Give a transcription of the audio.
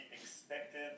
expected